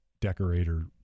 decorator